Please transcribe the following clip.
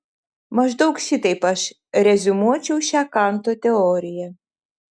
maždaug šitaip aš reziumuočiau šią kanto teoriją